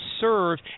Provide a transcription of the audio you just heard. serve